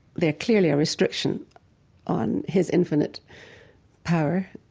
they're clearly a restriction on his infinite power,